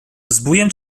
zbójem